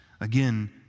again